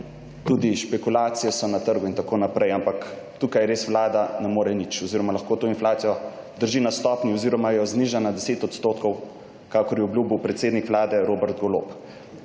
tudi špekulacije so na trgu in tako naprej, ampak tukaj res vlada ne more nič oziroma lahko to inflacijo drži na stopnji oziroma jo zniža na 10 %, kakor je obljubil predsednik vlade Robert Golob.